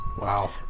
Wow